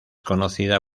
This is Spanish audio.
conocida